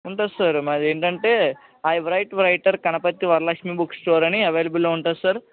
ఉంటుంది సార్ మాది ఏంటంటే I right writer Ganapathi Varalakshmi books store అని అవైలబుల్లో ఉంటుంది సార్